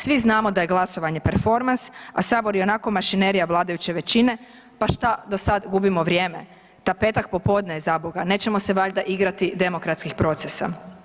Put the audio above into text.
Svi znamo da je glasovanje performans, a sabor ionako mašinerija vladajuće većine, pa šta da sad gubimo vrijeme, ta petak popodne je zaboga, nećemo se valjda igrati demokratskih procesa.